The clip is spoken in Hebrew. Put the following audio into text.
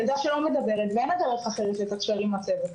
ילדה שלא מדברת ואין לה דרך אחרת לתקשר עם הצוות.